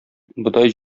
бодай